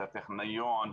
הטכניון,